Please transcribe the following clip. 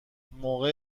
موقع